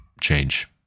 change